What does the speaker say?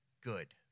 good